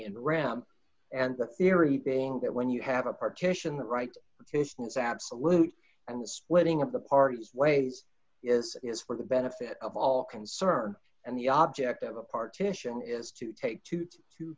in ram and the theory being that when you have a partition the right distance absolute and the splitting of the parties ways is d is for the benefit of all concerned and the object of a partition is to take two t